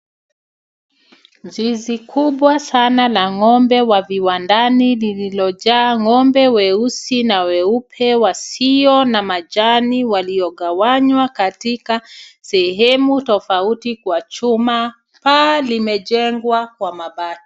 Zizi kubwa sana la ngombe wa viwandani lililojaa ngombe weusi na weupe wasio na majani waliogawanywa katika sehemu tofauti kwa chuma. Paa limejengwa kwa mabati.